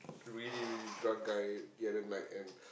really really drunk guy the other night and